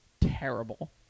terrible